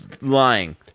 lying